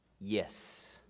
Yes